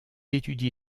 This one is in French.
étudie